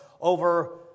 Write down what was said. over